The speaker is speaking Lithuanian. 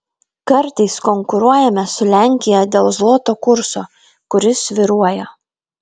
kartais konkuruojame su lenkija dėl zloto kurso kuris svyruoja